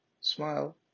smile